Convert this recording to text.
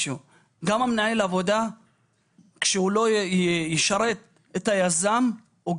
מנהל העבודה לא יהיה שם אם הוא לא ישרת את היזם.